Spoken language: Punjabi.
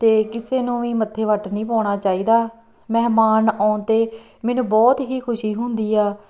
ਅਤੇ ਕਿਸੇ ਨੂੰ ਵੀ ਮੱਥੇ ਵੱਟ ਨਹੀਂ ਪਾਉਣਾ ਚਾਹੀਦਾ ਮਹਿਮਾਨ ਆਉਣ 'ਤੇ ਮੈਨੂੰ ਬਹੁਤ ਹੀ ਖੁਸ਼ੀ ਹੁੰਦੀ ਆ